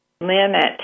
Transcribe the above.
limit